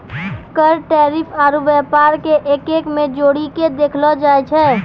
कर टैरिफ आरू व्यापार के एक्कै मे जोड़ीके देखलो जाए छै